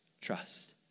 trust